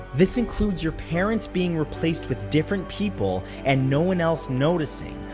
this includes your parents being replaced with different people and no one else noticing,